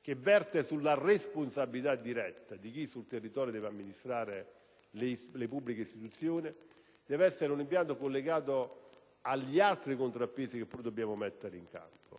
che verte sulla responsabilità diretta di chi sul territorio deve amministrare le pubbliche istituzioni, deve essere collegato agli altri contrappesi che dobbiamo predisporre,